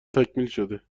تکمیلشده